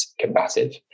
combative